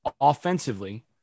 offensively